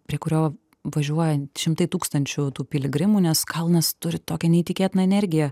prie kurio važiuoja šimtai tūkstančių piligrimų nes kalnas turi tokią neįtikėtiną energiją